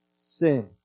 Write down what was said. sin